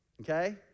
Okay